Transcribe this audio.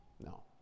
No